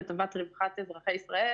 לטובת רווחת אזרחי ישראל.